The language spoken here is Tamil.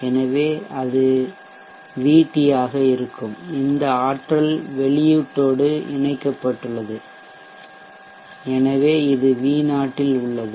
எனவே அது VT ஆக இருக்கும் இந்த ஆற்றல் வெளியீட்டோடு இணைக்கப்பட்டுள்ளது எனவே இது V0 இல் உள்ளது